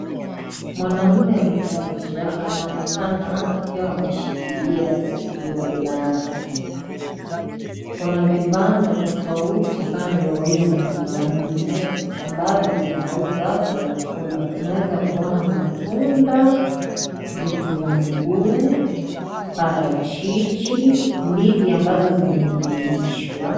Mwanaume mmoja, anaonekana akiwa ameshikilia sikio lake. Kuna vibanda tofauti kando ya huyo mwanaume, ambavyo vinauza vyakula. Tunaeza kuona matunda, vitunguu, parachichi, ndizi ambazo zimening'inishwa.